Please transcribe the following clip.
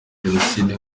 jenoside